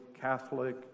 catholic